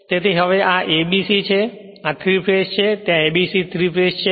તેથી હવે આ ABC છે આ 3 ફેજ છે ત્યાં ABC 3 ફેજ છે